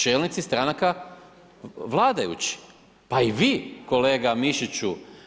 Čelnici stranaka, vladajući, pa i vi, kolega Mišiću.